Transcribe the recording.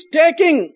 taking